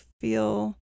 feel